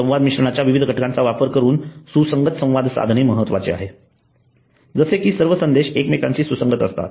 संवाद मिश्रणाच्या विविध घटकांचा वापर करून सुसंगत संवाद साधणे महत्वाचे आहे जसे की सर्व संदेश एकमेकांशी सुसंगत असतात